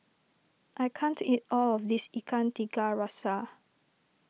I can't eat all of this Ikan Tiga Rasa